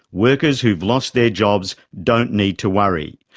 workers who've lost their jobs don't need to worry,